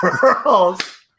girls